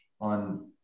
on